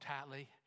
tightly